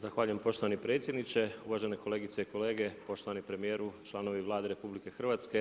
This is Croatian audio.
Zahvaljujem poštovani predsjedniče, uvažene kolegice i kolege, poštovani premijeru, članovi Vlade RH.